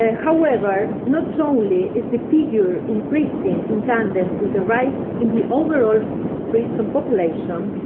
ah however, not only is the figure increasing in tandem with the rise in the overall prison population,